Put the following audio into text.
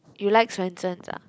you like Swensen's ah